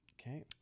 Okay